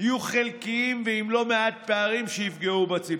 יהיו חלקיים ועם לא מעט פערים שיפגעו בציבור.